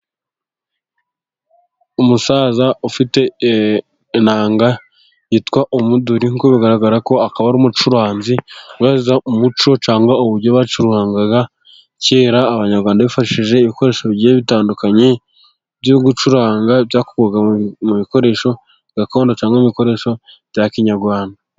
Umusaza ufite inanga yitwa umuduri, nkuko bigaragara ko akaba ari umucuranzi wubahiriza umuco cyangwa uburyo bacuranga, kera abanyarwanda bifashishije ibikoresho bigiye bitandukanye byo gucuranga byakorwaga mu bikoresho gakondo, cyangwa ibikoresho bya kinyarwanda.